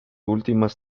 últimas